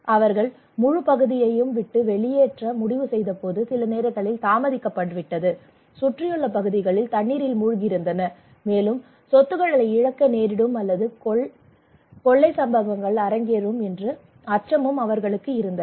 அவர்கள் முழுப் பகுதியையும் வெளியேற்ற முடிவு செய்தபோது சில நேரங்களில் தாமதமாகிவிட்டது சுற்றியுள்ள பகுதிகள் தண்ணீரில் மூழ்கியிருந்தன மேலும் சொத்துக்களை இழக்க நேரிடும் அல்லது கொள்ளை சம்பவங்கள் அரங்கேறும் என்ற அச்சமும் அவர்களுக்கு இருந்தன